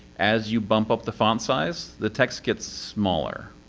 as you bump up the font size, the text gets smaller.